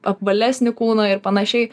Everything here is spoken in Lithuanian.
apvalesnį kūną ir panašiai